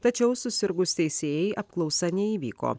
tačiau susirgus teisėjai apklausa neįvyko